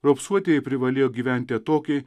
raupsuotieji privalėjo gyventi atokiai